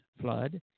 flood